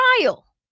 trial